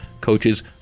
coaches